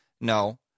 No